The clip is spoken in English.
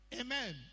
Amen